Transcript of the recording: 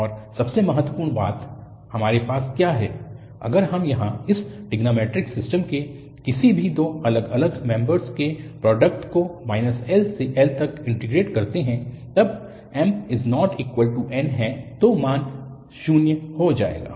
और सबसे महत्वपूर्ण बात हमारे पास क्या है अगर हम यहाँ इस ट्रिग्नोंमैट्रिक सिस्टम के किसी भी दो अलग अलग मेम्बर के प्रोडक्ट को l से l तक इन्टीग्रेट करते है जब m≠n है तो मान 0 हो जाएगा